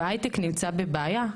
וההייטק נמצא בבעיה,